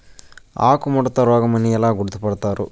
ఆకుముడత రోగం అని ఎలా గుర్తుపడతారు?